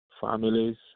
families